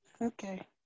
Okay